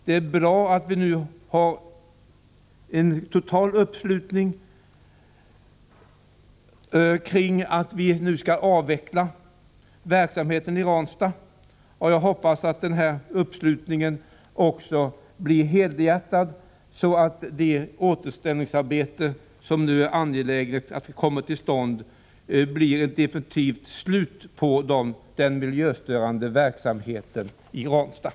Det är bra att vi nu har en total uppslutning kring avveckling av verksamheten i Ranstad. Jag hoppas att uppslutningen också blir helhjärtad, så att det angelägna återställningsarbetet blir effektivt. Det är min förhoppning att det därefter blir ett definitivt slut på den miljöstörande verksamheten i Ranstad.